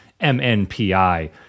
MNPI